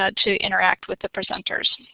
ah to interact with the presenters.